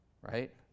right